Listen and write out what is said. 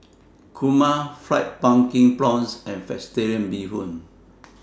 Kurma Fried Pumpkin Prawns and Vegetarian Bee Hoon